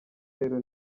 rero